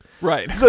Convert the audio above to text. Right